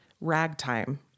ragtime